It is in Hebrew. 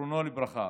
זיכרונו לברכה,